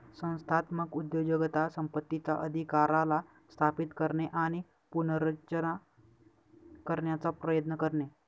संस्थात्मक उद्योजकता संपत्तीचा अधिकाराला स्थापित करणे आणि पुनर्रचना करण्याचा प्रयत्न करते